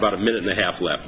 but a minute and a half left